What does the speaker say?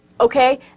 Okay